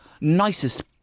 nicest